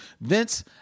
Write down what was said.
Vince